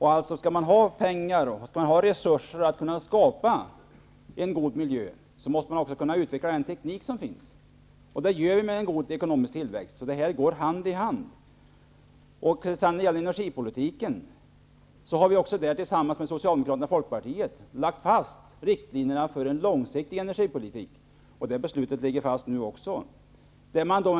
Skall man ha resurser för att kunna skapa en god miljö, måste man också kunna utveckla den teknik som finns, och det gör vi med en god ekonomisk tillväxt. Detta går alltså hand i hand. När det gäller energipolitiken har vi tillsammans med Socialdemokraterna och Folkpartiet lagt fast riktlinjerna för en långsiktig energipolitik. Det beslutet ligger fast också nu.